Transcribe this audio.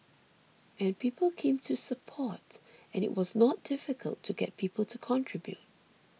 and people came to support and it was not difficult to get people to contribute